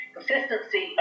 Consistency